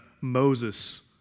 Moses